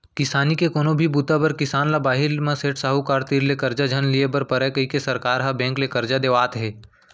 किसानी के कोनो भी बूता बर किसान ल बाहिर म सेठ, साहूकार तीर ले करजा झन लिये बर परय कइके सरकार ह बेंक ले करजा देवात हे